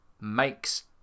makes